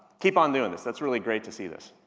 keep on doing this, that's really great to see this.